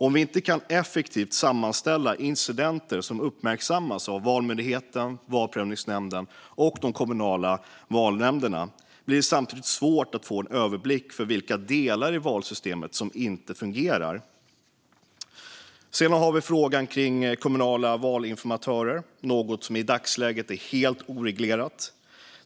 Om vi inte effektivt kan sammanställa incidenter som uppmärksammas av Valmyndigheten, Valprövningsnämnden och de kommunala valnämnderna blir det samtidigt svårt att få en överblick över vilka delar i valsystemet som inte fungerar. Sedan har vi frågan om kommunala valinformatörer, något som i dagsläget är helt oreglerat.